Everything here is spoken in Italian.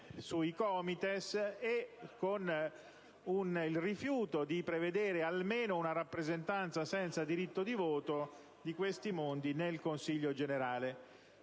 sui COMITES e con il rifiuto di prevedere almeno una rappresentanza senza diritto di voto di questi mondi nel Consiglio generale.